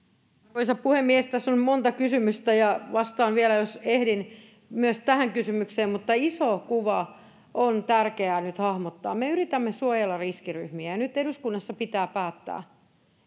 arvoisa puhemies tässä on monta kysymystä ja vastaan vielä jos ehdin myös tähän kysymykseen iso kuva on tärkeää nyt hahmottaa me yritämme suojella riskiryhmiä ja nyt eduskunnassa pitää päättää